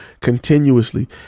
continuously